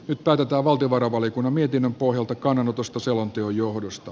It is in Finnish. nyt päätetään valtiovarainvaliokunnan mietinnön pohjalta kannanotosta selonteon johdosta